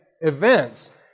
events